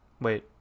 Wait